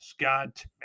scott